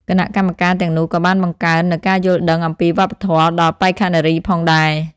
គណៈកម្មការទាំងនោះក៏បានបង្កើននូវការយល់ដឹងអំពីវប្បធម៌ដល់បេក្ខនារីផងដែរ។